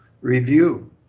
review